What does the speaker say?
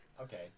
okay